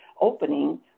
opening